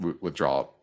withdraw